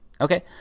Okay